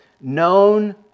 Known